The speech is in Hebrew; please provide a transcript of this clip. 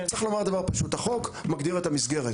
צריך לומר דבר פשוט, החוק מגדיר את המסגרת.